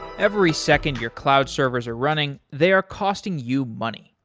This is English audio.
every second your cloud servers are running, they are costing you money.